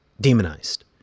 demonized